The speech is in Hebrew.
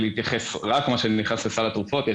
ולהתייחס רק למה שנכנס לסל התרופות.